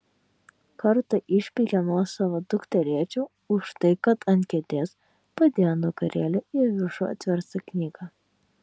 kartą išpeikė nuosavą dukterėčią už tai kad ant kėdės padėjo nugarėle į viršų atverstą knygą